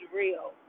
real